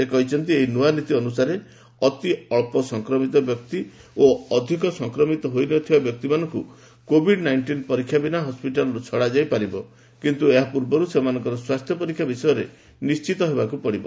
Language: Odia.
ସେ କହିଛନ୍ତି ଏହି ନୂଆ ନୀତି ଅନୁସାରେ ଅତି ଅଳ୍ପ ସଂକ୍ରମିତ ବ୍ୟକ୍ତି ଓ ଅଧିକ ସଂକ୍ରମିତ ହୋଇ ନ ଥିବା ବ୍ୟକ୍ତିମାନଙ୍କୁ କୋଭିଡ୍ ନାଇଣ୍ଟିନ୍ ପରୀକ୍ଷା ବିନା ହସ୍କିଟାଲ୍ରୁ ଛଡ଼ାଯାଇ ପାରିବ କିନ୍ତୁ ଏହା ପୂର୍ବରୁ ସେମାନଙ୍କର ସ୍ୱାସ୍ଥ୍ୟ ପରୀକ୍ଷା ବିଷୟରେ ନିଣ୍ଠିତ ହେବାକୁ ପଡ଼ିବ